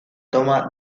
toma